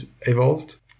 evolved